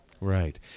Right